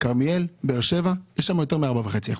בכרמיאל ובאר שבע יש יותר מ-4.5%.